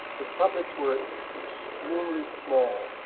his puppets were extremely small.